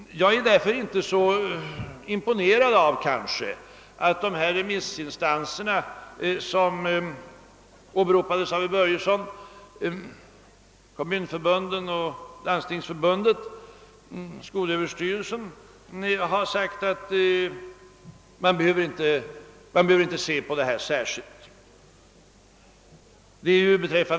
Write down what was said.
Jag är därför inte särskilt imponerad av att de remissinstanser som åberopats av herr Börjesson, nämligen kommunförbunden, Landstingsförbundet och skolöverstyrelsen, har ansett att man inte behöver granska detta förhållande särskilt noga.